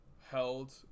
held